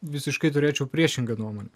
visiškai turėčiau priešingą nuomonę